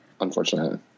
unfortunately